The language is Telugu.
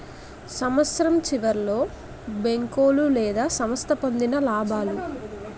సంవత్సరం సివర్లో బేంకోలు లేదా సంస్థ పొందిన లాబాలు